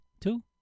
Two